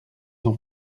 ont